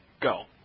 go